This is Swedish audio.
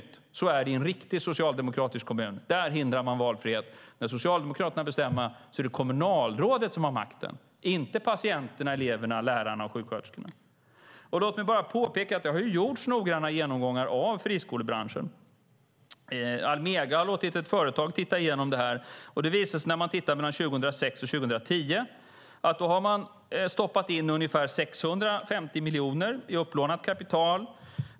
Så är det nämligen i en riktig socialdemokratisk kommun. Där hindrar man valfrihet. När Socialdemokraterna får bestämma är det kommunalrådet som har makten, inte patienterna, eleverna, lärarna och sjuksköterskorna. Låt mig bara påpeka att det har gjorts noggranna genomgångar av friskolebranschen. Almega har låtit ett företag titta igenom detta. Det visar sig att mellan 2006 och 2010 har man stoppat in ungefär 650 miljoner i upplånat kapital.